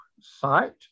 site